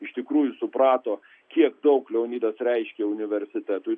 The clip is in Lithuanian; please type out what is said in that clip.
iš tikrųjų suprato kiek daug leonidas reiškė universitetui